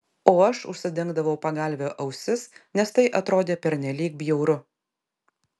o aš užsidengdavau pagalve ausis nes tai atrodė pernelyg bjauru